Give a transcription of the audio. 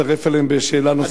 אצטרף אליהן בשאלה נוספת.